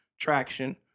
traction